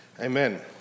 Amen